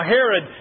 Herod